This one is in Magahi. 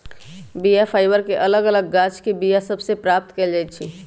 बीया फाइबर के अलग अलग गाछके बीया सभ से प्राप्त कएल जाइ छइ